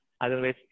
Otherwise